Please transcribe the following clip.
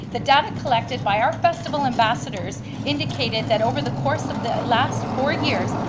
the data collected by our festival ambassadors indicated that over the course of the last four years,